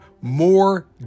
more